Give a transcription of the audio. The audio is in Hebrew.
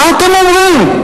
מה אתם אומרים?